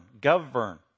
Govern